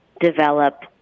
develop